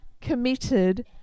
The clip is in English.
committed